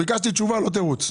ביקשתי תשובה לא תירוץ.